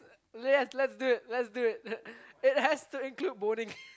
yes let's do it lets do it it has to include boning